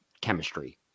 chemistry